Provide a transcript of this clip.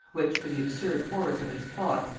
which for the absurd horrors of its plot,